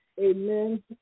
Amen